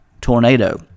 tornado